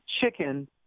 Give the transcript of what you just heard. chicken